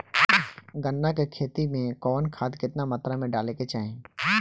गन्ना के खेती में कवन खाद केतना मात्रा में डाले के चाही?